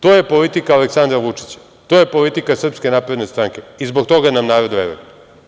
To je politika Aleksandra Vučića, to je politika Srpske napredne stranke i zbog toga nam narod veruje.